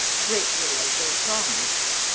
greatly as they promise,